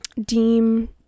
deem